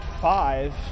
five